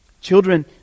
Children